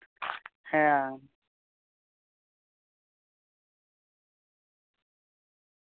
ᱦᱮᱸ